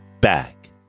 back